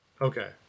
Okay